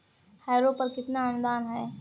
Harrow पर कितना अनुदान है?